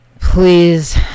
Please